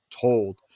told